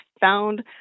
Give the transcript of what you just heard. found